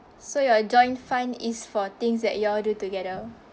so your joint fund is for things that you all do together